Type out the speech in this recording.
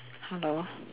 hello